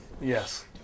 Yes